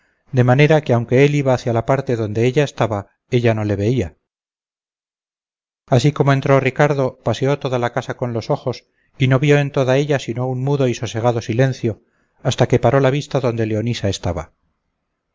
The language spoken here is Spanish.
de manera que aunque él iba hacia la parte donde ella estaba ella no le veía así como entró ricardo paseó toda la casa con los ojos y no vio en toda ella sino un mudo y sosegado silencio hasta que paró la vista donde leonisa estaba